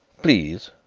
please,